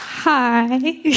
Hi